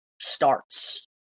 starts